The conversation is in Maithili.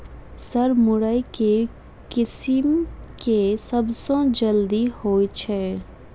सर मुरई केँ किसिम केँ सबसँ जल्दी होइ छै?